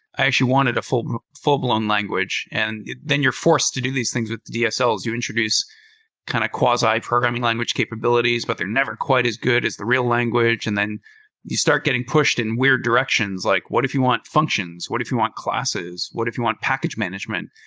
i actually wanted a full full blown language, and then you're forced to do these things with dsl's. you introduce kind of quasi programming language capabilities, but they're never quite as good as the real language. and then you start getting pushed in weird directions. like what if you want functions? what if you want classes? what if you want package management?